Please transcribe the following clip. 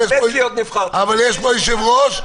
אבל יש פה יושב-ראש,